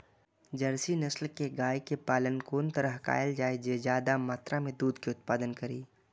Jersey नस्ल के गाय के पालन कोन तरह कायल जाय जे ज्यादा मात्रा में दूध के उत्पादन करी?